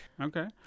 Okay